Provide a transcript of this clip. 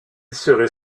serait